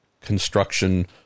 construction